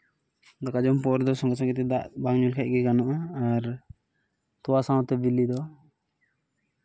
ᱫᱟᱠᱟ ᱡᱚᱢ ᱯᱚᱨ ᱫᱚ ᱥᱚᱝᱜᱮ ᱥᱚᱝᱜᱮ ᱛᱮ ᱫᱟᱜ ᱵᱟᱝ ᱧᱩ ᱞᱮᱠᱷᱟᱡ ᱜᱮ ᱜᱟᱱᱚᱜᱼᱟ ᱟᱨ ᱛᱳᱣᱟ ᱥᱟᱶᱛᱮ ᱵᱤᱞᱤ ᱫᱚ